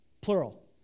plural